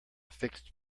fixed